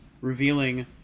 revealing